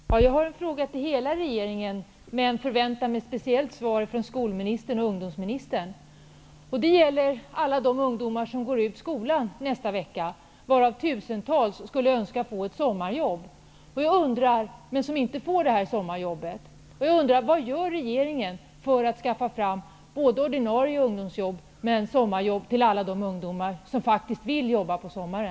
Herr talman! Jag har en fråga till hela regeringen, men förväntar mig speciellt svar från skolministern och ungdomsministern. Den gäller alla de ungdomar som går ut skolan nästa vecka. Tusentals av dem önskar att de får ett sommarjobb, men det får de inte.